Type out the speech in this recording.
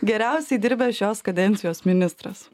geriausiai dirbęs šios kadencijos ministras